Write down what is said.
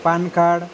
PAN card